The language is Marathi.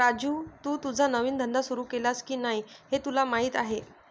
राजू, तू तुझा नवीन धंदा सुरू केलास की नाही हे तुला माहीत आहे